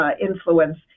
influence